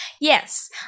Yes